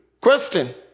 Question